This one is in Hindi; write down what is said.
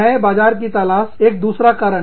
नए बाजार की तलाश एक दूसरा कारण